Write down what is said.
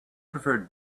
preferred